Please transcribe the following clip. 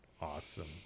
Awesome